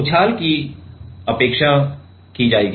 अब उछाल की उपेक्षा की जाएगी